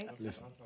Listen